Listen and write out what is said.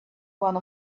one